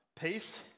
peace